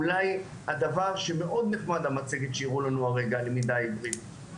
מאוד נחמד המצגת שהראו לנו הרגע על למידה היברידית,